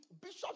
Bishop